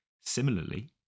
Similarly